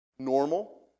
Normal